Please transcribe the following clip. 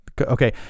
Okay